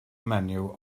menyw